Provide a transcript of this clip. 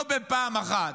לא בפעם אחת,